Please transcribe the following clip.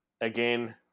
again